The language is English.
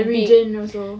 region also